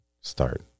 start